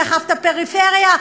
דחפת את הפריפריה,